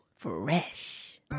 Fresh